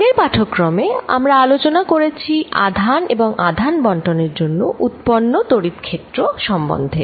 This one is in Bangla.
আগের পাঠক্রমে আমরা আলোচনা করেছি আধান এবং আধান বন্টন এর জন্য উৎপন্ন তড়িৎ ক্ষেত্র সম্বন্ধে